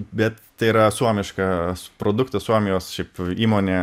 bet tai yra suomiškas produktas suomijos šiaip įmonė